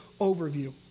overview